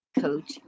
coach